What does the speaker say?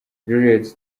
juliet